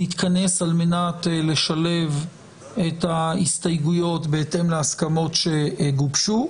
נתכנס על מנת לשלב את ההסתייגויות בהתאם להסכמות שגובשו.